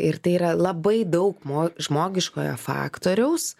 ir tai yra labai daug mo žmogiškojo faktoriaus